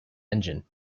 engine